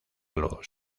los